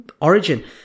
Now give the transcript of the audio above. Origin